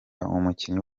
umukinnyi